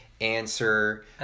answer